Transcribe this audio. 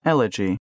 Elegy